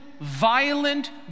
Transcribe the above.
violent